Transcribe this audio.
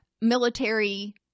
military